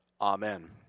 Amen